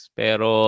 pero